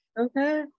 okay